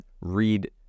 read